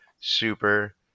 super